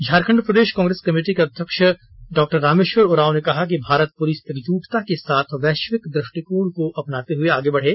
झारखंड प्रदेश Congress committee के अध्यक्ष डॉ रामेश्वर उरांव ने कहा कि भारत पूरी एकजुटता के साथ वैश्विक दृष्टिकोण को अपनाते हुए आगे बढ़े